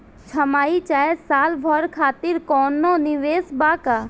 छमाही चाहे साल भर खातिर कौनों निवेश बा का?